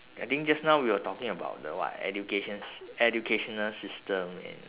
I think just now we were talking about the what educations educational system in